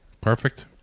Perfect